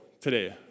today